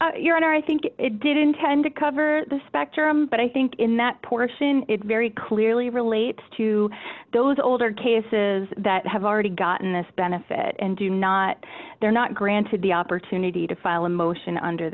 honor i think it did intend to cover the spectrum but i think in that portion it very clearly relates to those older cases that have already gotten this benefit and do not they're not granted the opportunity to file a motion under